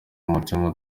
umutima